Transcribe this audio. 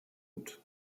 gut